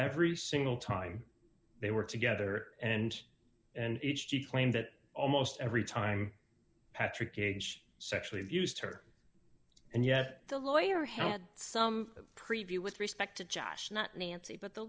every single time they were together and and each to claim that almost every time patrick age sexually abused her and yet the lawyer had some preview with respect to josh not nancy but the